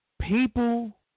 People